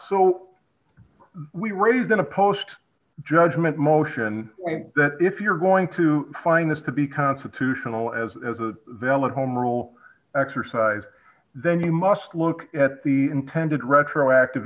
so we raised in a post judgment motion that if you're going to find this to be constitutional as a valid home rule exercise then you must look at the intended retroactive